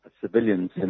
civilians